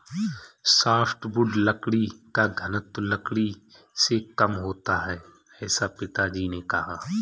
softwood लकड़ी का घनत्व लकड़ी से कम होता है ऐसा पिताजी ने कहा